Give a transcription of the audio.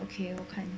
okay 我看